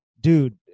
dude